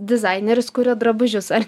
dizaineris kuria drabužius ar